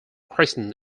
crescent